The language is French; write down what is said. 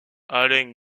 alain